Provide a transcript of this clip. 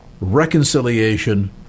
reconciliation